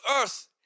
earth